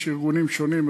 יש ארגונים שונים,